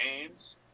games